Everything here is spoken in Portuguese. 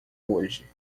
hoje